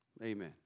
Amen